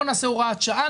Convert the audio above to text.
בוא נעשה הוראת שעה,